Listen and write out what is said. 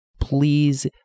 please